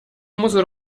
famoso